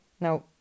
Now